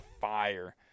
fire